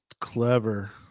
clever